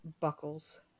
buckles